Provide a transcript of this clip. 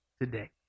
today